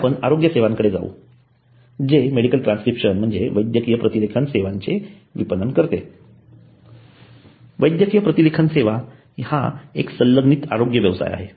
पुढे आपण आरोग्य सेवा सेवांकडे जावू जे मेडिकल ट्रान्सक्रिप्शन म्हणजे वैद्यकीय प्रतिलेखन सेवांचे विपणन करते वैद्यकीय प्रतिलेखन सेवा हा एक संलग्नित आरोग्य व्यवसाय आहे